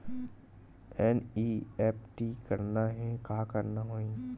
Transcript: NEFT करना हे का करना होही?